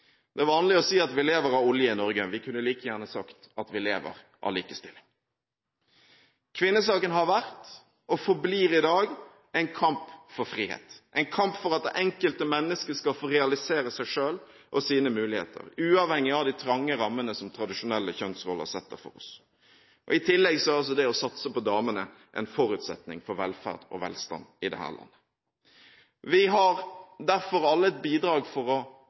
Det er vanlig å si at vi lever av olje i Norge. Vi kunne like gjerne sagt at vi lever av likestilling. Kvinnesaken har vært, og forblir i dag, en kamp for frihet – en kamp for at det enkelte mennesket skal få realisere seg selv og sine muligheter, uavhengig av de trange rammene som tradisjonelle kjønnsroller setter for oss. I tillegg er det å satse på damene en forutsetning for velferd og velstand i dette landet. Vi har alle et ansvar for å